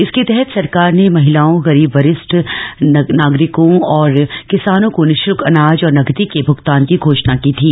इसके तहत सरकार ने महिलाओं गरीब वरिष्ठ नागरिकों और किसानों को निः शुल्क अनाज और नकदी के भूगतान की घोषणा की थी